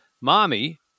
mommy